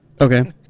Okay